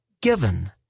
given